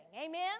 Amen